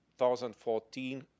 2014